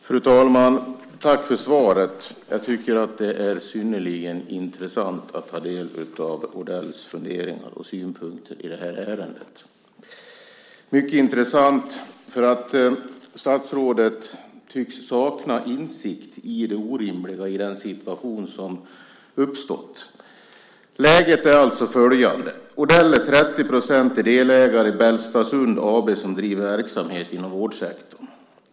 Fru talman! Tack för svaret! Jag tycker att det är synnerligen intressant att ta del av Odells funderingar och synpunkter i det här ärendet. Det är mycket intressant därför att statsrådet tycks sakna insikt i det orimliga i den situation som uppstått. Läget är alltså följande: Odell är 30-procentig delägare i Bellstasund AB som driver verksamhet inom vårdsektorn.